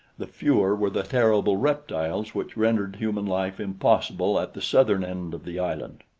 the fewer were the terrible reptiles which rendered human life impossible at the southern end of the island.